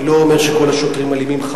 אני לא אומר שכל השוטרים אלימים.